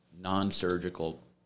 non-surgical